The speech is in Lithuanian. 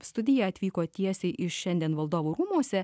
studiją atvyko tiesiai iš šiandien valdovų rūmuose